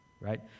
right